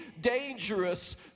dangerous